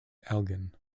elgin